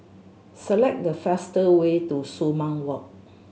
select the fastest way to Sumang Walk